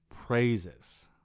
praises